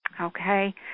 okay